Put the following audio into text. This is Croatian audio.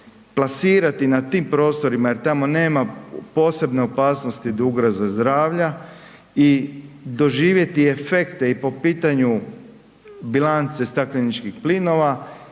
plasirati na tim prostorima jer tamo nema posebne opasnosti od ugroze zdravlja i doživjeti efekte i po pitanju bilance stakleničkih plinova,